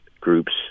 groups